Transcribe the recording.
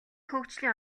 хөгжлийн